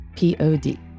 Pod